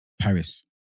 Paris